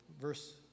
Verse